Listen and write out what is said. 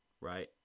Right